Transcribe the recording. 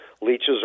leeches